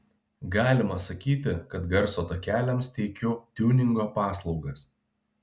galima sakyti kad garso takeliams teikiu tiuningo paslaugas